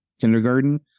kindergarten